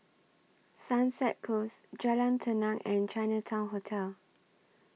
Sunset Close Jalan Tenang and Chinatown Hotel